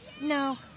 No